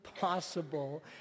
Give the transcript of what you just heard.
possible